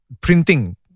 Printing